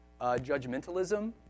judgmentalism